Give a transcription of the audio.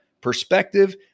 perspective